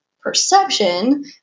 perception